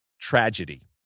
tragedy